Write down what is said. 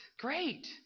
Great